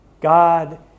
God